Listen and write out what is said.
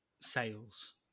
sales